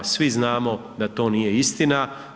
Svi znamo da to nije istina.